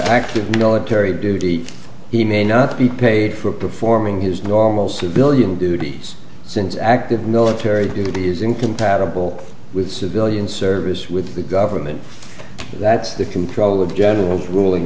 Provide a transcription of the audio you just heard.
active military duty he may not be paid for performing his normal civilian duties since active military duty is incompatible with civilian service with the government that's the control of general ruling